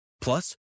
Plus